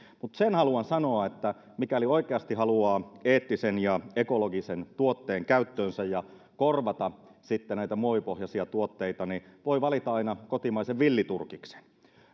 mutta sen haluan sanoa että mikäli oikeasti haluaa eettisen ja ekologisen tuotteen käyttöönsä ja korvata sitten näitä muovipohjaisia tuotteita voi valita aina kotimaisen villiturkiksen